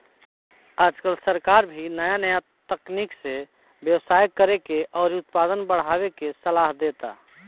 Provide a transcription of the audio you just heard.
आजकल सरकार भी नाया नाया तकनीक से व्यवसाय करेके अउरी उत्पादन बढ़ावे के सालाह देता